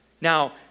Now